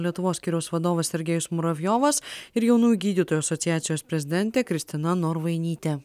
lietuvos skyriaus vadovas sergėjus muravjovas ir jaunųjų gydytojų asociacijos prezidentė kristina norvainytė